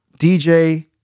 DJ